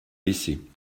laissée